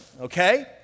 Okay